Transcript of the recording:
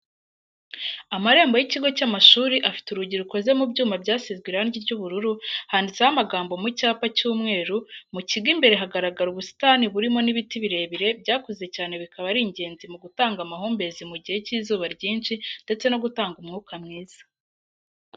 Amarembo y'ikigo cy'amashuri afite urugi rukoze mu byuma byasizwe irangi ry'ubururu handitseho amagambo mu cyapa cy'umweru, mu kigo imbere hagaragara ubusitani burimo n'ibiti birebire byakuze cyane bikaba ari ingenzi mu gutanga amahumbezi mu gihe cy'izuba ryinshi ndetse no gutanga umwuka mwiza.